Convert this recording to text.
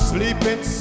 Sleeping